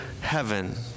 heaven